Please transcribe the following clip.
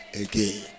again